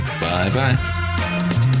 Bye-bye